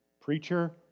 Preacher